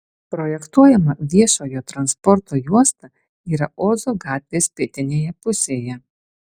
projektuojama viešojo transporto juosta yra ozo gatvės pietinėje pusėje